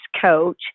coach